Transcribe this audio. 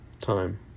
time